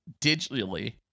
digitally